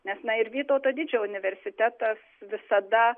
nes na ir vytauto didžiojo universitetas visada